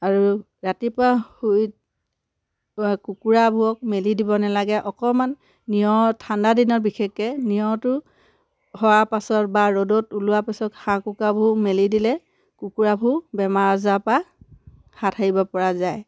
আৰু ৰাতিপুৱা শুই কুকুৰাবোৰক মেলি দিব নালাগে অকণমান নিয়ৰ ঠাণ্ডাদিনত বিশেষকৈ নিয়ৰটো হোৱাৰ পাছত বা ৰ'দত ওলোৱাৰ পাছত হাঁহ কুকুৰাবোৰ মেলি দিলে কুকুৰাবো বেমাৰ আজাৰপৰা হাত সাৰিব পৰা যায়